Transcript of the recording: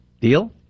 Deal